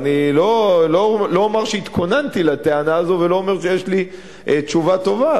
אני לא אומר שהתכוננתי לטענה הזאת ולא אומר שיש לי תשובה טובה,